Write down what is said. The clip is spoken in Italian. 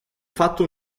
fatto